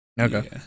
okay